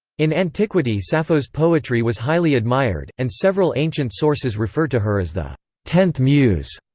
in antiquity sappho's poetry was highly admired, and several ancient sources refer to her as the tenth muse.